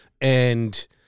And-